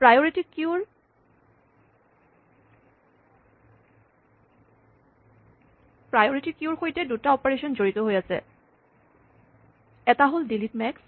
priority কিউৰ সৈতে দুটা অপাৰেচন জড়িত হৈ আছে এটা হ'ল ডিলিট মেক্স